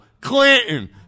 Clinton